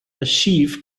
achieve